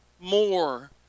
more